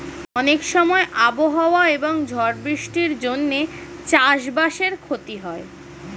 অনেক সময় আবহাওয়া এবং ঝড় বৃষ্টির জন্যে চাষ বাসের ক্ষতি হয়